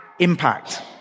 impact